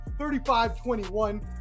35-21